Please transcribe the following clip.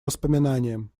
воспоминаниям